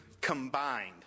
combined